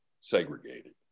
segregated